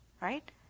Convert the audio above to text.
Right